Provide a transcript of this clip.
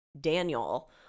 daniel